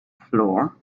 floor